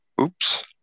Oops